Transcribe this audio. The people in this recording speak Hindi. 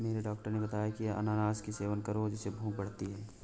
मेरे डॉक्टर ने बताया की अनानास का सेवन करो जिससे भूख बढ़ती है